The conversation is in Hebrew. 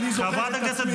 ותחתיו הרשות לפיתוח הגליל,